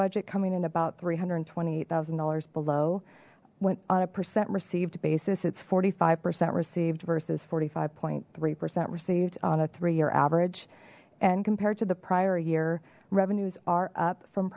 budget coming in about three hundred and twenty eight thousand dollars below went on a percent received basis it's forty five percent received vs forty five point three percent received on a three year average and compared to the prior year revenues are up from